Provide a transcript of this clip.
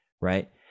right